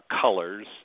colors